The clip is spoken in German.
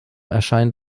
erscheint